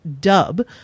dub